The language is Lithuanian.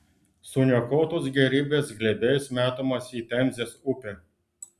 suniokotos gėrybės glėbiais metamos į temzės upę